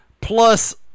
plus